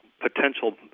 potential